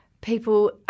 people